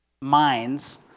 minds